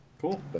cool